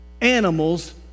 animals